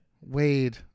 Wade